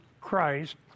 Christ